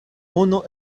unu